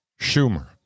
Schumer